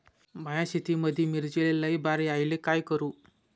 माया शेतामंदी मिर्चीले लई बार यायले का करू?